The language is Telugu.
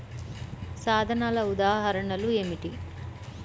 సాధనాల ఉదాహరణలు ఏమిటీ?